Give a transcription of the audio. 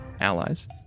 allies